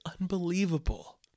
unbelievable